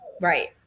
Right